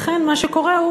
לכן, מה שקורה הוא